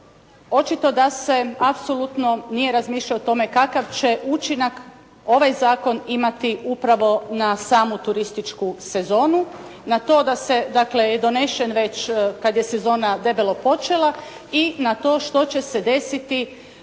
očito da se apsolutno nije razmišljalo o tome kakav će učinak ovaj zakon imati upravo na samu turističku sezonu, na to dakle da je donesen već kad je sezona debelo počela i na to što će se desiti sa